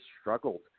struggled